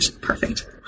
perfect